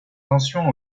tensions